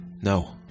No